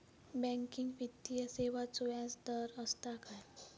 Banking वित्तीय सेवाचो व्याजदर असता काय?